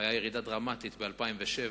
היתה ירידה דרמטית ב-2007,